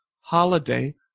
holiday